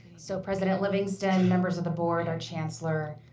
so president livingston, members of the board, our chancellor,